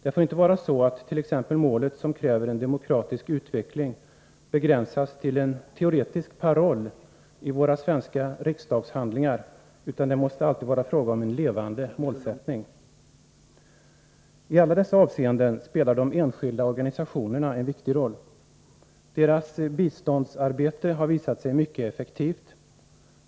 Det får inte vara så att t.ex. målet om en demokratisk utveckling begränsas till en teoretisk paroll i våra riksdagshandlingar, utan det måste alltid vara fråga om en levande målsättning. I alla dessa avseenden spelar de enskilda organisationerna en viktig roll. Deras biståndsarbete har visat sig vara mycket effektivt.